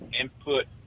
input